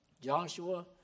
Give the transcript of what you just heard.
Joshua